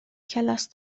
کلاس